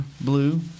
blue